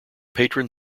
patron